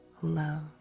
love